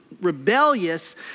rebellious